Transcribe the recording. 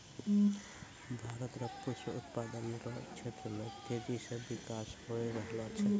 भारत रो पुष्प उत्पादन रो क्षेत्र मे तेजी से बिकास होय रहलो छै